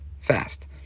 fast